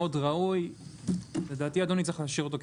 מאוד ראוי ולדעתי צריך להשאיר אותו כך.